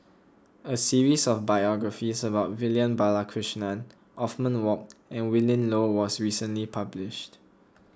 a series of biographies about Vivian Balakrishnan Othman Wok and Willin Low was recently published